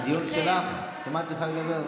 בדיון שלך גם את צריכה לדבר.